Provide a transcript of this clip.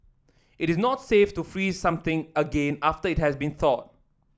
it is not safe to freeze something again after it has been thawed